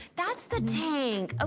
that's the tank. ah